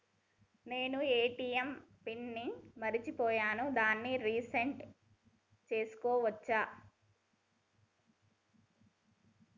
నేను ATM PIN ని మరచిపోయాను దాన్ని రీ సెట్ చేసుకోవచ్చా?